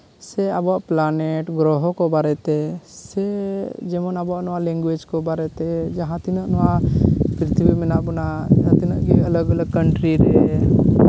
ᱥᱮ ᱟᱵᱚᱣᱟᱜ ᱯᱞᱟᱱᱮᱴ ᱜᱨᱚᱦᱚ ᱠᱚ ᱵᱟᱨᱮᱛᱮ ᱥᱮ ᱟᱵᱚᱣᱟᱜ ᱱᱚᱣᱟ ᱞᱮᱝᱜᱩᱭᱮᱡᱽ ᱠᱚ ᱵᱟᱨᱮᱛᱮ ᱡᱟᱦᱟᱸ ᱛᱤᱱᱟᱹᱜ ᱱᱚᱣᱟ ᱯᱨᱤᱛᱷᱤ ᱵᱤ ᱨᱮ ᱢᱮᱱᱟᱜ ᱵᱚᱱᱟ ᱡᱟᱦᱟᱸ ᱛᱤᱱᱟᱹᱜ ᱜᱮ ᱟᱞᱟᱜᱽ ᱟᱞᱟᱜᱽ ᱠᱟᱱᱴᱨᱤ ᱨᱮ